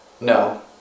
No